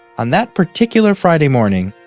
on that particular friday morning,